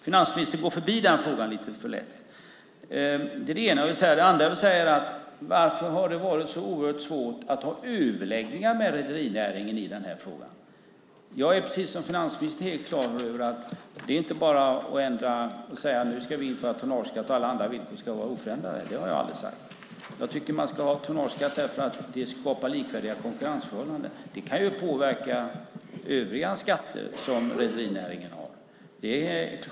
Finansministern går förbi den frågan lite för lätt. Varför har det varit så oerhört svårt att ha överläggningar med rederinäringen i den här frågan? Jag är precis som finansministern helt klar över att det inte bara är att ändra och införa tonnageskatt och alla andra villkor ska vara oförändrade. Det har jag aldrig sagt. Jag tycker att man ska ha tonnageskatt därför att det skapar likvärdiga konkurrensförhållanden. Det kan påverka övriga skatter som rederinäringen har.